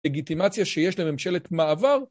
לגיטימציה שיש לממשלת מעבר?